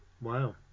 Wow